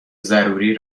ضروری